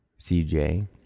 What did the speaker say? CJ